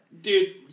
Dude